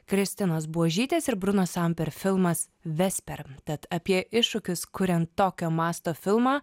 kristinos buožytės ir bruno samper filmas vesper tad apie iššūkius kuriant tokio masto filmą